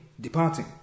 departing